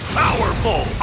powerful